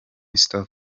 stop